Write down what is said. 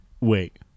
Wait